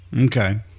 Okay